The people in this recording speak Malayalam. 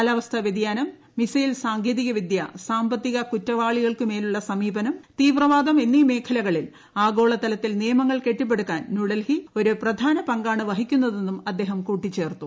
കാലാവസ്ഥാ വൃതിയാനം മിസൈൽ സാങ്കേതിക വിദ്യ സാമ്പ ത്തിക കുറ്റവാളിക്കുമേലുള്ള സമീപനം തീവ്രവാദം എന്നീ മേഖല കളിൽ ആഗോളതലത്തിൽ നിയമങ്ങൾ കെട്ടിപ്പെടുക്കാൻ ന്യൂഡൽഹി ഒരു പ്രധാന പങ്കാണ് വഹിക്കുന്നതെന്നും അദ്ദേഹം കൂട്ടിച്ചേർത്തു